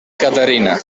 caterina